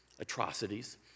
atrocities